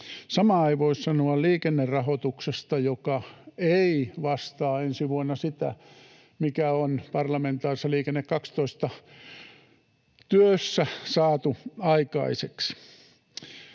Samaa ei voi sanoa liikennerahoituksesta, joka ei vastaa ensi vuonna sitä, mikä on parlamentaarisessa Liikenne 12 ‑työssä saatu aikaiseksi.